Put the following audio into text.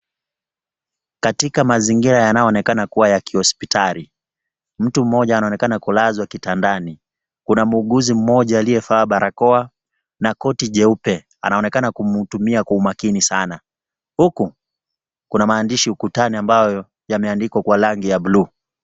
Katika mazingira yanayoonekana kuwa ya kihospitali mtu mmoja anaonekana kulazwa kitandani . Kuna muuguzi mmoja aliyevaa barakoa na koti jeupe anaonekana kumhudumia kwa umakini sana. Huku kuna maandishi ukutani ambayo yameandikwa kwa rangi ya blu.